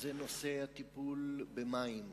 וזה נושא הטיפול במים.